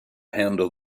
handle